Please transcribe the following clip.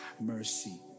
mercy